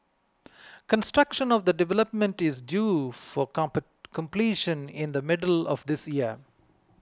construction of the development is due for completion in the middle of this year